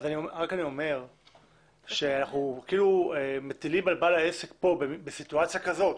אני אומר שאנחנו כאילו מטילים על בעל העסק כאן בסיטואציה כזאת